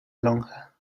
lonja